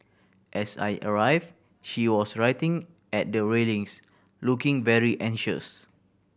as I arrived she was writing at the railings looking very anxious